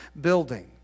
building